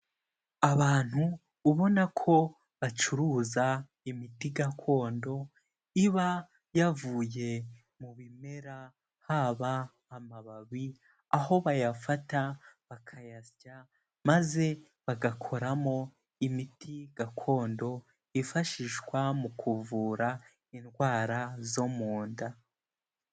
Abantu ubona ko bacuruza imiti gakondo, iba yavuye mu bimera haba amababi, aho bayafata bakayasya maze bagakoramo imiti gakondo, iifashishwa mu kuvura indwara zo mu nda.